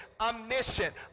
omniscient